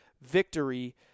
victory